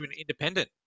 independent